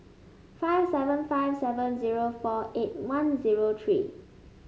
five seven five seven zero four eight one zero three